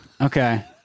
Okay